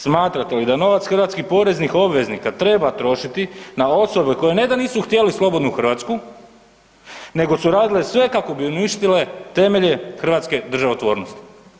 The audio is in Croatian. Smatrate li da novac hrvatskih poreznih obveznika treba trošiti na osobe koje ne da nisu htjeli slobodnu Hrvatsku nego su radile sve kako bi uništile temelje hrvatske državotvornosti?